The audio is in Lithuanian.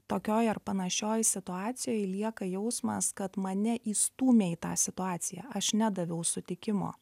tokioj ar panašioj situacijoj lieka jausmas kad mane įstūmė į tą situaciją aš nedaviau sutikimo